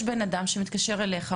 בן-אדם מתקשר אליך,